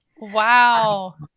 Wow